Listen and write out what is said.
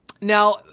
Now